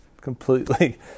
completely